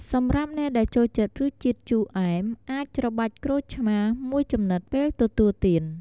សម្រាប់អ្នកដែលចូលចិត្តរសជាតិជូរអែម អាចច្របាច់ក្រូចឆ្មារមួយចំណិតពេលទទួលទាន។